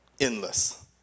endless